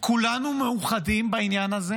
כולנו מאוחדים בעניין הזה